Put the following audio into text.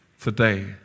today